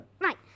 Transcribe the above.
Right